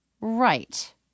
Right